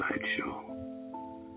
sideshow